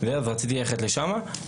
אז רציתי ללכת לשם.